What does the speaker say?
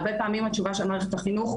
הרבה פעמים התשובה של מערכת החינוך,